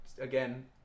again